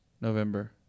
November